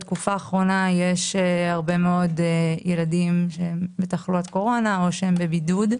בתקופה האחרונה יש הרבה מאוד ילדים עם תחלואת קורונה או שהם בבידוד,